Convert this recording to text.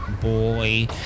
boy